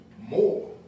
more